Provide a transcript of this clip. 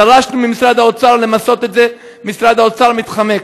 דרשנו ממשרד האוצר למסות את זה, משרד האוצר מתחמק.